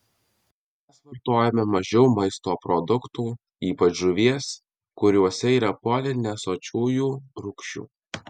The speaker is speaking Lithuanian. mes vartojame mažiau maisto produktų ypač žuvies kuriuose yra polinesočiųjų rūgščių